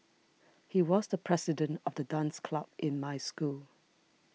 he was the president of the dance club in my school